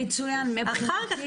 אחר כך,